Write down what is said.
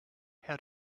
how